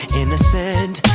innocent